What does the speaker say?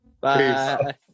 Bye